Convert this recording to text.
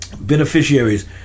beneficiaries